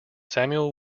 samuel